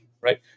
right